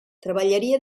treballaria